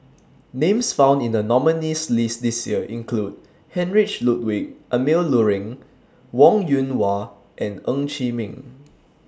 Names found in The nominees' list This Year include Heinrich Ludwig Emil Luering Wong Yoon Wah and Ng Chee Meng